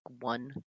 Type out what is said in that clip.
one